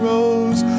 Rose